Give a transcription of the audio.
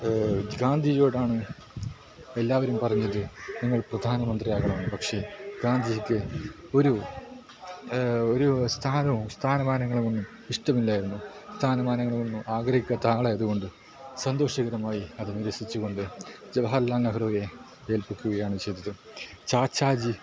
ഗാന്ധിജിയോടാണ് എല്ലാവരും പറഞ്ഞത് നിങ്ങൾ പ്രധാനമന്ത്രിയാകണം പക്ഷെ ഗാന്ധിജിക്ക് ഒരു ഒരു സ്ഥാനോ സ്ഥാനമാനങ്ങളുമൊന്നും ഇഷ്ടമില്ലായിരുന്നു സ്ഥാനമാനങ്ങളൊന്നും ആഗ്രഹിക്കാത്ത ആളായത് കൊണ്ട് സന്തോഷകരമായി അതും നിരസിച്ച് കൊണ്ട് ജവഹർലാൽ നെഹ്റുവിനെ ഏൽപ്പിക്കുകയാണ് ചെയ്തത് ചാച്ചാജി